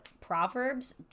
Proverbs